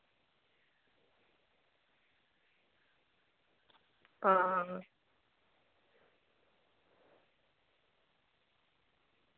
आं